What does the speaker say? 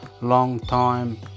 long-time